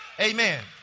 Amen